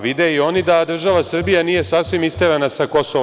Vide i oni da država Srbija nije sasvim isterana sa KiM.